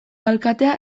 alkatea